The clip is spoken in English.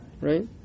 right